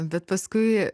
bet paskui